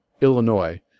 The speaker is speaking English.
Illinois